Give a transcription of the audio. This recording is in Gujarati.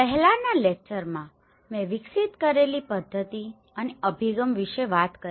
પહેલાનાં લેક્ચરમાં મેં વિકસિત કરેલી પદ્ધતિ અને અભિગમ વિશે વાત કરી